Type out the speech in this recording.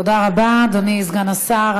תודה רבה, אדוני סגן השר.